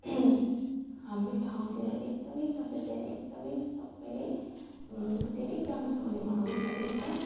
हाम्रो ठाउँतिर एकदम दसैँ तिहार एकदम सबले धेरै राम्रोसँगले मनाउने गरिन्छ